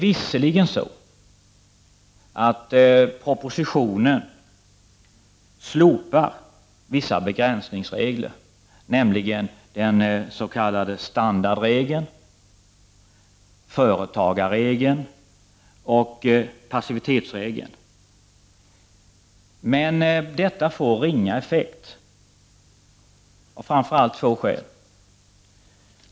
Visserligen är det så att propositionen slopar vissa begränsningsregler, nämligen den s.k. standardregeln, företagsregeln och passivitetsregeln — men detta får ringa effekt, av framför allt två skäl.